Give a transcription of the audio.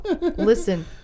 Listen